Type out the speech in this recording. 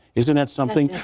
isn't that something?